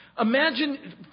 Imagine